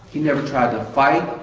never tried to fight,